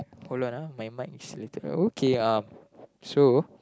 hold on uh my mic is okay uh so